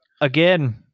again